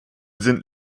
sind